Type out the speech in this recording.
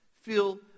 feel